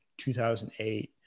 2008